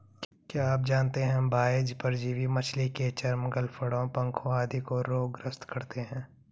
क्या आप जानते है बाह्य परजीवी मछली के चर्म, गलफड़ों, पंखों आदि को रोग ग्रस्त करते हैं?